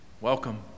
welcome